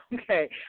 Okay